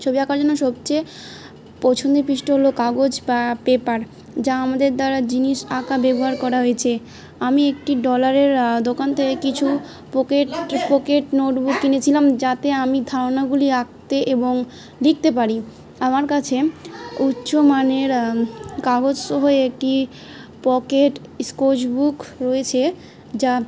ছবি আঁকার জন্য সবচেয়ে পছন্দের পৃষ্ঠা হল কাগজ বা পেপার যা আমাদের দ্বারা জিনিস আঁকা ব্যবহার করা হয়েছে আমি একটি ডলারের দোকান থেকে কিছু পকেট পকেট নোটবুক কিনেছিলাম যাতে আমি ধারণাগুলি আঁকতে এবং লিখতে পারি আমার কাছে উচ্চমানের কাগজসহ একটি পকেট স্কেচ বুক রয়েছে যা